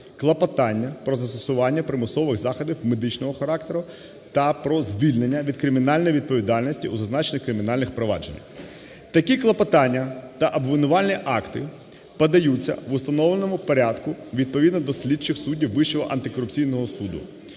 клопотання про застосування примусових заходів медичного характеру та про звільнення від кримінальної відповідальності у зазначених кримінальних провадженнях. Такі клопотання та обвинувальні акти подаються в установленому порядку відповідно до слідчих суддів Вищого антикорупційного суду,